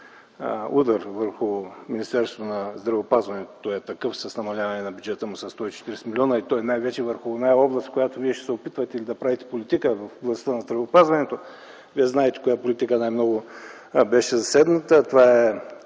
удар върху Министерството на здравеопазването с намаляване на бюджета със 140 милиона, и то най-вече върху онази област, с която Вие ще се опитвате да правите политика в областта на здравеопазването. Вие знаете коя политика най-много беше засегната. Това е